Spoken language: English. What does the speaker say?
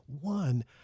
One